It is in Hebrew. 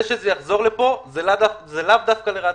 העובדה שזה יחזור לכאן היא לאו דווקא לרעתך,